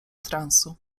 transu